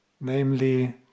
namely